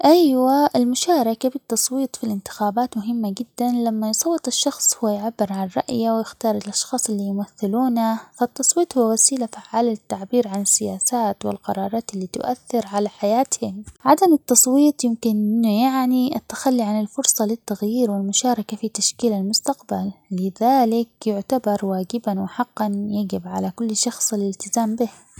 أيوا المشاركة بالتصويت في الانتخابات مهمة جداً، لما يصوت الشخص وهو يعبر عن رأيه ويختار الأشخاص اللي يمثلونه فالتصويت هو وسيلة فعالة للتعبير عن السياسات والقرارات اللي تؤثر على حياتهم. عدم التصويت يمكن إنو يعني التخلي عن الفرصة للتغيير والمشاركة في تشكيل المستقبل لذلك يعتبر واجباً وحقاً يجب على كل شخص الالتزام به.